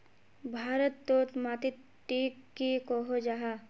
भारत तोत माटित टिक की कोहो जाहा?